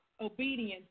obedience